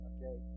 Okay